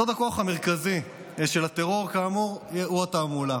כאמור, סוד הכוח המרכזי של הטרור הוא התעמולה.